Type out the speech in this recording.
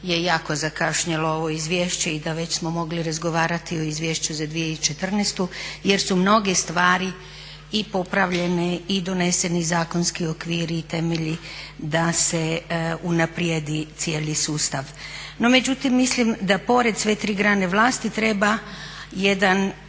je jako zakašnjelo ovo izvješće i da već smo mogli razgovarati o izvješću za 2014. jer su mnoge stvari i popravljene, i doneseni zakonski okviri i temelji da se unaprijedi cijeli sustav. No, međutim mislim da pored sve tri grane vlasti treba jedan